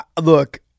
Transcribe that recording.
look